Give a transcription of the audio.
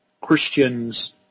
Christians